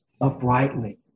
uprightly